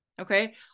okay